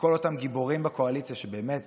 לכל אותם גיבורים בקואליציה שבאמת